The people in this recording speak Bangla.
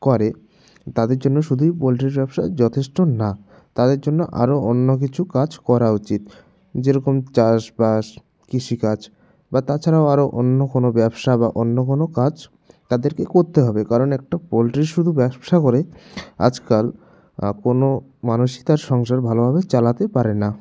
করে তাদের জন্য শুধুই পোল্ট্রির ব্যবসা যথেষ্ট না তাদের জন্য আরও অন্য কিছু কাজ করা উচিত যেরকম চাষবাস কৃষিকাজ বা তাছাড়াও আরও অন্য কোনও ব্যবসা বা অন্য কোনও কাজ তাদেরকে করতে হবে কারণ একটা পোল্ট্রির শুধু ব্যবসা করে আজকাল কোনও মানুষই তার সংসার ভালোভাবে চালাতে পারে না